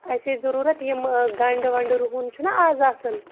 اَسہِ ٲسۍ ضُروٗرت یِم گَنٛڈٕ وَنٛڈٕ رُہُن چھُنا اَز آسان